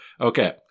Okay